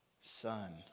son